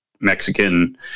Mexican